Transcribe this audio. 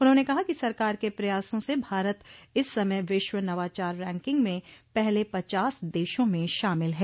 उन्होंने कहा कि सरकार के प्रयासों से भारत इस समय विश्व नवाचार रैंकिंग में पहले पचास देशों में शामिल है